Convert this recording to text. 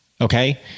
Okay